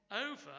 over